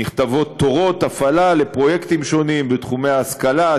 נכתבות תורות הפעלה לפרויקטים שונים בתחומי ההשכלה,